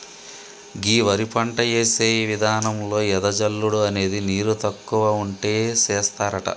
గీ వరి పంట యేసే విధానంలో ఎద జల్లుడు అనేది నీరు తక్కువ ఉంటే సేస్తారట